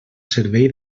servei